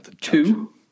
two